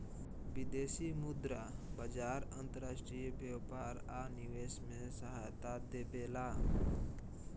विदेशी मुद्रा बाजार अंतर्राष्ट्रीय व्यापार आ निवेश में सहायता देबेला